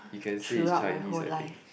throughout my whole life